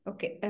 Okay